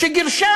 שגירשה